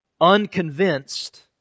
Unconvinced